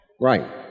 Right